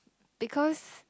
because